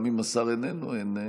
גם אם השר איננו.